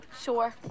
Sure